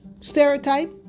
stereotype